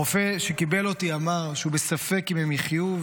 הרופא שקיבל אותי אמר שהוא בספק אם הם יחיו,